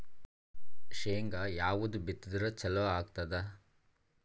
ಶೇಂಗಾ ಯಾವದ್ ಬಿತ್ತಿದರ ಚಲೋ ಆಗತದ?